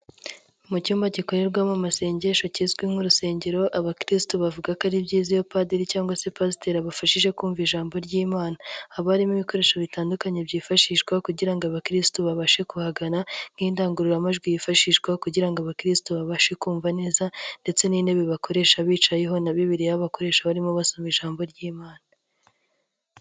Mu cyumba gikorerwamo amasengesho kizwi nk'urusengero, abakirisitu bavuga ko ari byiza aba padiri cyangwa se pasiteri abafashije kumva ijambo ry'Imana. Haba harimo ibikoresho bitandukanye byifashishwa kugira ngo abakirisitu babashe kuhagana nk'indangururamajwi yifashishwa kugira ngo abakirisitu babashe kumva neza ndetse n'intebe bakoresha bicayeho na bibiriya bakoresha barimo basoma ijambo ry'Imana.